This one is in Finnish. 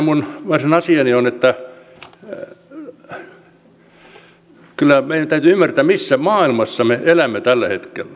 minun varsinainen asiani on että kyllä meidän täytyy ymmärtää missä maailmassa me elämme tällä hetkellä